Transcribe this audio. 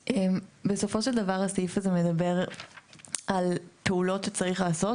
בסופו של דבר הסעיף הזה מדבר על פעולות שצריך לבצע.